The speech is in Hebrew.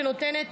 שנותנת